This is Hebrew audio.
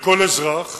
לכל אזרח